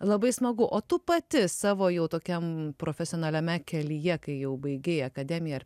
labai smagu o tu pati savo jau tokiam profesionaliame kelyje kai jau baigei akademiją ar